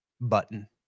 button